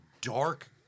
dark